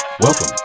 Welcome